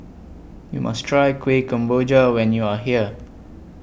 YOU must Try Kueh Kemboja when YOU Are here